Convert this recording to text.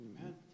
Amen